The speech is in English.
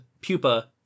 pupa